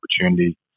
opportunity